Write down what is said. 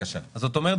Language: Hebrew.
אז זאת אומרת,